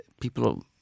people